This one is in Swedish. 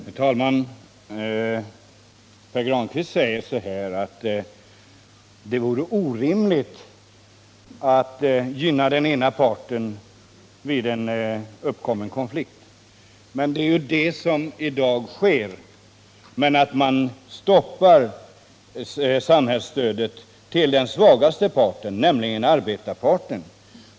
Herr talman! Herr Granstedt säger att det vore orimligt att gynna den ena parten vid en uppkommen konflikt. Men det är ju vad som i dag sker. Man stoppar samhällsstödet till den svagaste parten, nämligen arbetarparten.